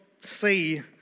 see